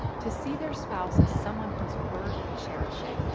to see their spouse as someone who's worth cherishing,